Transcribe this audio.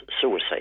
suicide